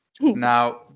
Now